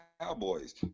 Cowboys